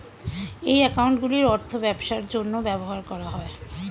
এই অ্যাকাউন্টগুলির অর্থ ব্যবসার জন্য ব্যবহার করা হয়